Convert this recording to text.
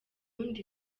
ndi